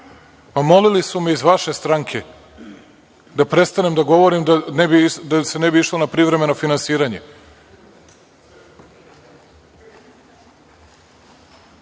A molili su me iz vaše stranke da prestanem da govorim da se ne bi išlo na privremeno finansiranje. Hajde,